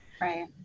Right